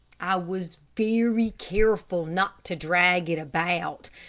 i was very careful not to drag it about,